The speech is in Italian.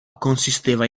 consisteva